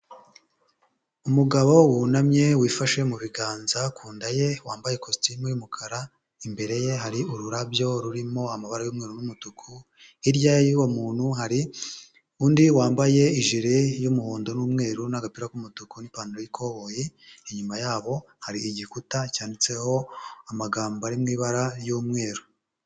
Umugabo wunamye wifashe mu biganza ku nda ye wambaye ikositimu y'umukara. Imbere ye hari ururabyo rurimo amabara y'umweru n'umutuku. Hirya y'uwo muntu hari undi wambaye ijiri y'umuhondo n'umweru n'agapira k'umutuku n'ipantaro y'ikoboyi. Inyuma yabo hari igikuta cyanditseho amagambo ari mu ibara ry'umweru.